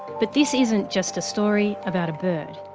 but this isn't just a story about a bird.